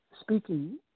speaking